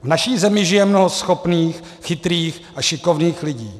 V naší zemi žije mnoho schopných, chytrých a šikovných lidí.